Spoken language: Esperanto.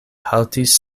haltis